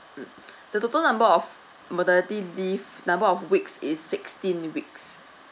mm the total number of maternity leave number of weeks is sixteen weeks